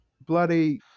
bloody